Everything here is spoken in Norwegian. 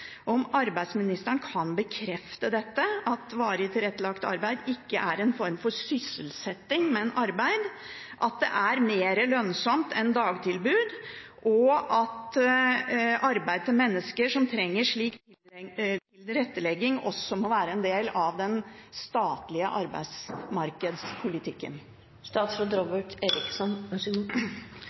arbeidsministeren bekrefte at varig tilrettelagt arbeid ikke er en form for sysselsetting, men arbeid, at det er mer lønnsomt enn dagtilbud, og at arbeid til mennesker som trenger slik tilrettelegging, også må være en del av den statlige arbeidsmarkedspolitikken?